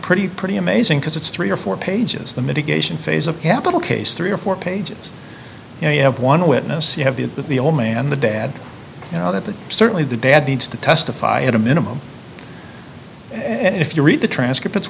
pretty pretty amazing because it's three or four pages the mitigation phase of capital case three or four pages and you have one witness you have the with the old man the dad you know that the certainly the dad needs to testify at a minimum and if you read the transcript it's